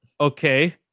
okay